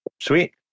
Sweet